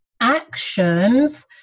actions